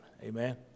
Amen